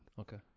Okay